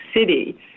City